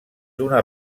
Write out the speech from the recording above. una